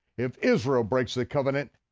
if israel breaks the covenant,